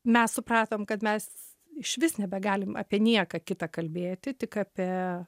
mes supratom kad mes išvis nebegalim apie nieką kitą kalbėti tik apie